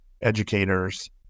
educators